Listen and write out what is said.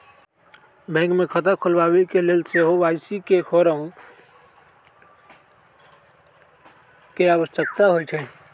bank मे खता खोलबाबेके लेल सेहो के.वाई.सी फॉर्म भरे के आवश्यकता होइ छै